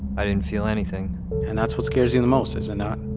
i didn't feel anything and that's what scares you the most, is it not?